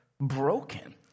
broken